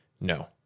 no